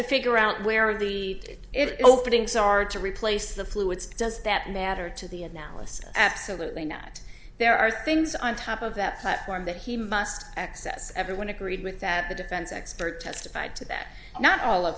figure out where the did it openings are to replace the fluids does that matter to the analysis absolutely not there are things on top of that platform that he must access everyone agreed with that the defense expert testified to that not all of